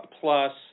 Plus